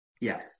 Yes